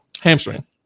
hamstring